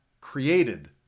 created